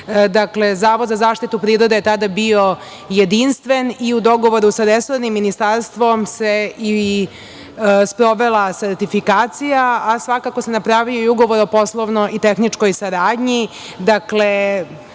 Dakle, Zavod za zaštitu prirode je tada bio jedinstven i u dogovoru sa resornim ministarstvom se sprovela seratifikacija, a svakako se napravio i ugovor o poslovnoj i tehničkoj saradnji.